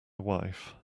wife